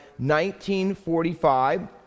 1945